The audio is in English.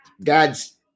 Dad's